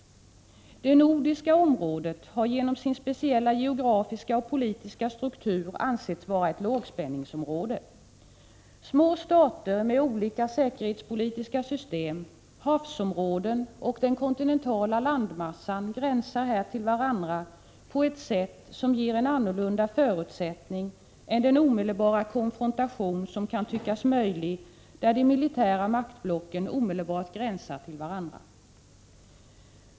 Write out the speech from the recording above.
Det nordiska området har genom sin speciella geografiska och politiska struktur ansetts vara ett lågspänningsområde. Små stater med olika säkerhetspolitiska system, havsområden och den kontinentala landmassan gränsar här till varandra på ett sätt som ger en annorlunda förutsättning än den omedelbara konfrontation som kan tyckas möjlig där de militära maktblocken omedelbart gränsar till varandra.